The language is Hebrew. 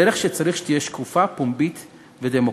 הדרך, צריך שתהיה שקופה, פומבית ודמוקרטית.